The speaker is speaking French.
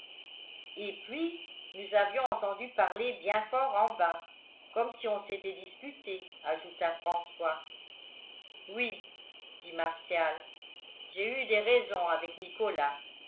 et puis nous avions entendu parler bien fort en bas comme si on s'était disputé ajouta françois oui dit martial j'ai eu des raisons avec nicolas